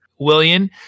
William